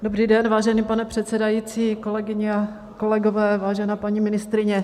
Dobrý den, vážený pane předsedající, kolegyně a kolegové, vážená paní ministryně.